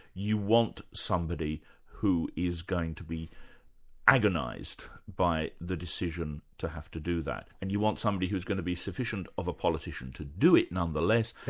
you want somebody who is going to be agonised by the decision to have to do that, and you want somebody who's going to be sufficient of a politician to do it nonetheless,